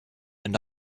and